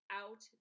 out